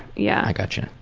yeah i got ya.